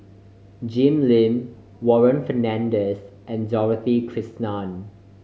Jim Lim Warren Fernandez and Dorothy Krishnan